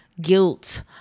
guilt